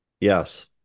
yes